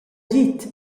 agid